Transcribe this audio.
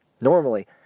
Normally